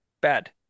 Bad